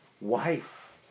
wife